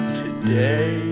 today